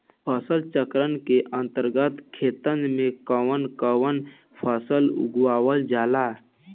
फसल चक्रण के अंतर्गत खेतन में कवन कवन फसल उगावल जाला?